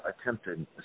attempted